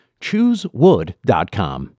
Choosewood.com